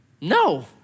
No